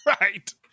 right